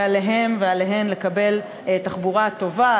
ועליהם ועליהן לקבל תחבורה טובה,